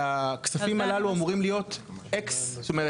והכספים הללו אמורים להיות בנוסף